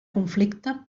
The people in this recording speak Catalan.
conflicte